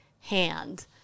hand